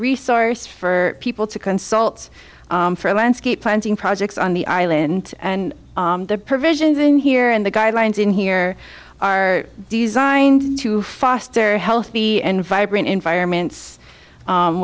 resource for people to consult for a landscape planting projects on the island and the provisions in here and the guidelines in here are designed to foster healthy and vibrant environments